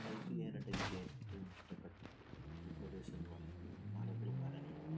hike ചെയ്യാനായിട്ട് എനിക്ക് ഏറ്റവും ഇഷ്ടപ്പെട്ട ഭൂപ്രദേശം എന്നുപറയുന്നത് മലകളും മരങ്ങളും ആണ്